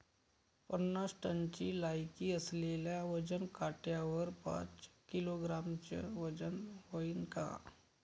पन्नास टनची लायकी असलेल्या वजन काट्यावर पाच किलोग्रॅमचं वजन व्हईन का?